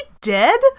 dead